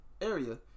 area